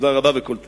תודה רבה וכל טוב.